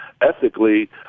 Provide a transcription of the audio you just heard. ethically